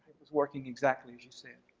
it was working exactly as you said.